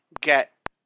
get